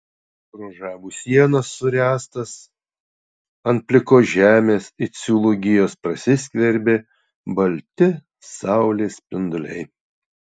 pro žabų sienas suręstas ant plikos žemės it siūlų gijos prasiskverbė balti saulės spinduliai